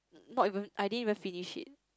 not even I didn't even finish it